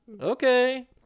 okay